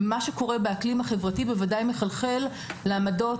מה שקורה באקלים החברתי בוודאי מחלחל לעמדות,